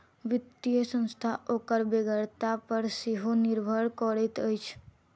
वित्तीय संस्था ओकर बेगरता पर सेहो निर्भर करैत अछि